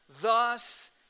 Thus